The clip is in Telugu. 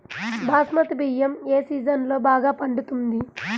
బాస్మతి బియ్యం ఏ సీజన్లో బాగా పండుతుంది?